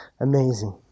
amazing